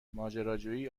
ماجراجویی